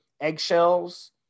eggshells